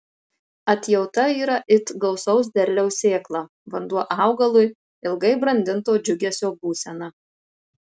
atjauta yra it gausaus derliaus sėkla vanduo augalui ilgai brandinto džiugesio būsena